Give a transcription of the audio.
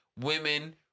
women